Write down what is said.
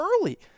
early